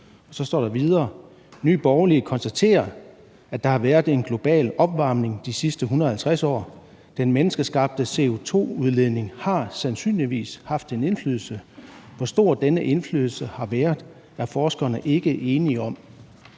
Så står der videre: »Nye Borgerlige konstaterer, at der har været en global opvarmning i de sidste 150 år. Den menneskeskabte CO2-udledning har sandsynligvis haft en indflydelse. Hvor stor denne indflydelse har været, er forskerne ikke enige om.«